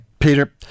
Peter